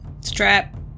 Strap